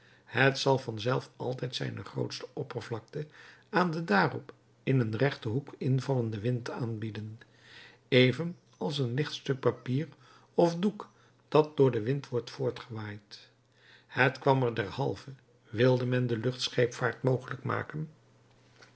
het zal van zelf altijd zijne grootste oppervlakte aan den daarop in een rechten hoek invallenden wind aanbieden even als een licht stuk papier of doek dat door den wind wordt voortgewaaid het kwam er derhalve wilde men de lucht scheepvaart mogelijk maken